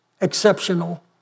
exceptional